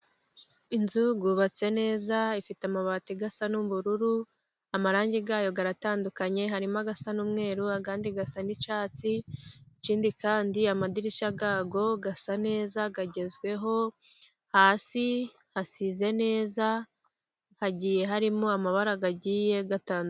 Inzu yubatse neza ifite amabati asa n'ubururu, amarangi yayo aratandukanye. Harimo asa n'umweru, andi asa n'icyatsi. Ikindi kandi amadirishya yayo asa neza, agezweho, hasi hasize neza. Hagiye harimo amabara agiye atandukanye.